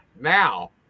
Now